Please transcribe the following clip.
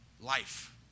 life